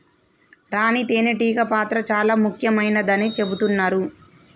రాణి తేనే టీగ పాత్ర చాల ముఖ్యమైనదని చెబుతున్నరు